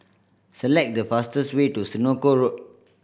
select the fastest way to Senoko Road